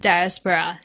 Diaspora